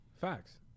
Facts